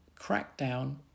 crackdown